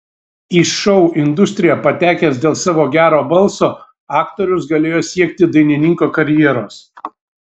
į šou industriją patekęs dėl savo gero balso aktorius galėjo siekti dainininko karjeros